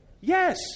Yes